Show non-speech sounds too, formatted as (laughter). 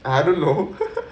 I don't know (laughs)